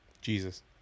jesus